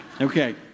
Okay